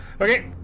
Okay